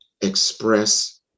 express